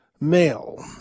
male